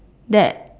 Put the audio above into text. that